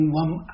one